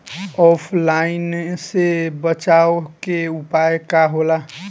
ऑफलाइनसे बचाव के उपाय का होला?